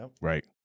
Right